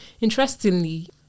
interestingly